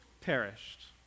perished